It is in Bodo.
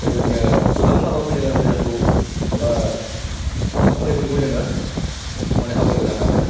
बेबायदिनो गोबां माबाखौ जोङो मोजांखौ बा खामानिफोरखौ जोङो माने आवगायबोनो हाबाय